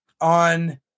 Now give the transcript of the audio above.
on